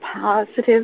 positive